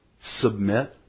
Submit